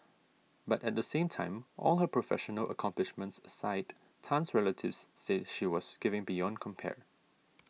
but at the same time all her professional accomplishments aside Tan's relatives say she was giving beyond compare